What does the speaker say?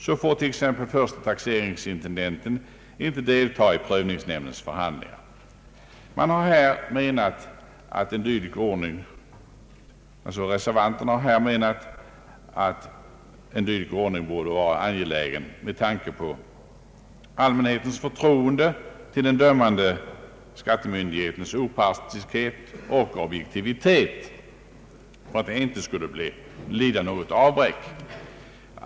Exempelvis får förste taxeringsintendenten inte delta i prövningsnämndens förhandlingar. Reservanterna har ansett att en dylik ordning borde vara angelägen med tanke på att allmänhetens förtroende för den dömande skattemyndighetens opartiskhet och objektivitet inte skulle lida något avbräck.